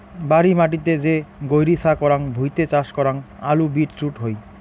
বাড়ি মাটিতে যে গৈরী ছা করাং ভুঁইতে চাষ করাং আলু, বিট রুট হই